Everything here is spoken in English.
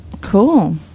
Cool